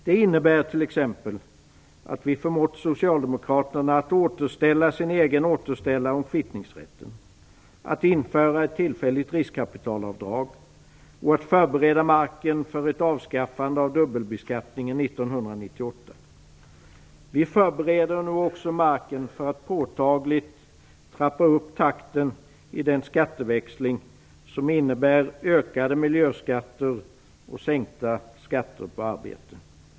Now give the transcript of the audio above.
Det innebär t.ex. att vi förmått socialdemokraterna att återställa sin egen återställare om kvittningsrätten, att införa ett tillfälligt riskkapitalavdrag och att förbereda marken för ett avskaffande av dubbelbeskattningen 1998. Vi förbereder nu också marken för att påtagligt trappa upp takten i den skatteväxling som innebär ökade miljöskatter och sänkta skatter på arbete.